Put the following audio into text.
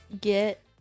get